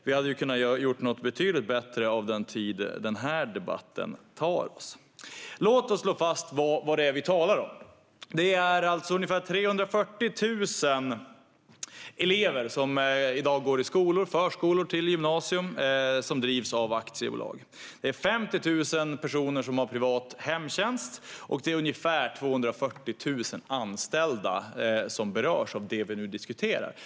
Vi hade kunnat göra något betydligt bättre av den tid som denna debatt tar för oss. Låt oss slå fast vad det är vi talar om: 340 000 elever går i dag i skolor, förskolor och gymnasier som drivs av aktiebolag, 50 000 personer har privat hemtjänst och ungefär 240 000 anställda berörs av det som vi nu diskuterar.